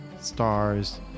stars